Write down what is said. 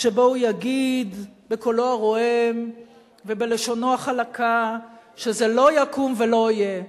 שבו הוא יגיד בקולו הרועם ובלשונו החלקה שזה לא יקום ולא יהיה.